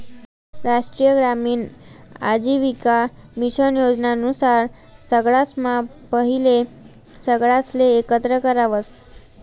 राष्ट्रीय ग्रामीण आजीविका मिशन योजना नुसार सगळासम्हा पहिले सगळासले एकत्र करावस